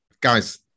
guys